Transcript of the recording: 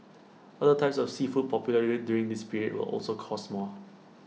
other types of seafood popularly during this period will also cost more